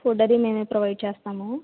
food అది మేమే provide చేస్తాము